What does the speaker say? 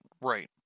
right